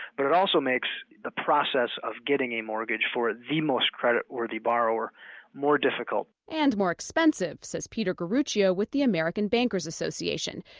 but it also makes the process of getting a mortgage for the most credit-worthy borrower more difficult and more expensive, says peter garrucio with the american bankers assocaition.